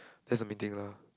there's a meeting lah